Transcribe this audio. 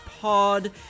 Pod